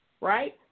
right